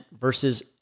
versus